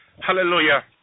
hallelujah